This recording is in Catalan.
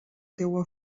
teua